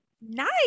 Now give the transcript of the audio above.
Nice